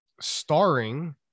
starring